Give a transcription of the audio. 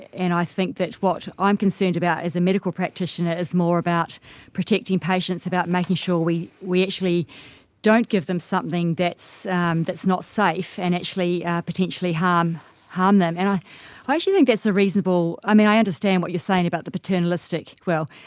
and i think that what i'm concerned about as a medical practitioner is more about protecting patients, about making sure we we actually don't give them something that's um that's not safe and actually ah potentially harm harm them. and i ah actually think that's a reasonable, i mean, i understand what you're saying about the paternalistic, well,